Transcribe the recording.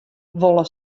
wolle